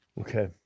Okay